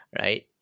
right